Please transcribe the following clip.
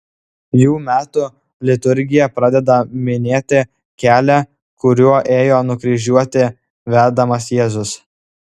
jų metu liturgija pradeda minėti kelią kuriuo ėjo nukryžiuoti vedamas jėzus